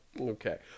Okay